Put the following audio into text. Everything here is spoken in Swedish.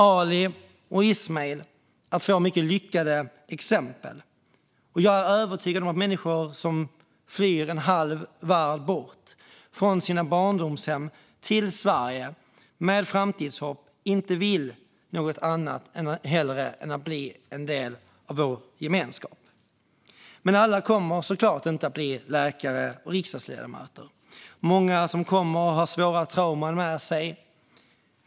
Ali och Ismael är två mycket lyckade exempel. Jag är övertygad om att människor med framtidshopp som flyr en halv värld bort från sina barndomshem till Sverige inte vill något hellre än att bli en del av vår gemenskap. Men alla kommer såklart inte att bli läkare och riksdagsledamöter. Många som kommer har svåra trauman med sig.